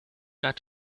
got